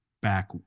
back